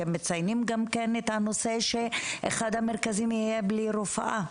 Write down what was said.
אתם מציינים גם את הנושא שאחד המרכזים יהיה בלי רופאה,